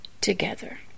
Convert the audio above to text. together